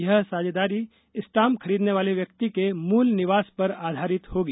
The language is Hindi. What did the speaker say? यह साझेदारी स्टाम्प खरीदने वाले व्यक्ति के मुल निवास पर आधारित होगी